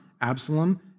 Absalom